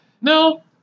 No